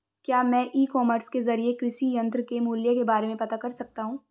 क्या मैं e commerce के ज़रिए कृषि यंत्र के मूल्य के बारे में पता कर सकता हूँ?